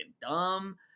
dumb